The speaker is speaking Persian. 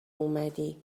اومدی